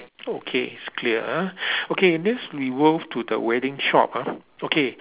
okay it's clear ah okay next we move to the wedding shop ah okay